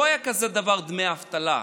לא היה כזה דבר דמי אבטלה,